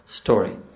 story